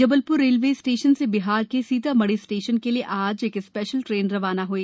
Jabalpur railway station से बिहार के Sitamarhi station के लिए आज एक स्पेशल ट्रेन रवाना हई